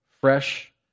fresh